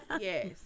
yes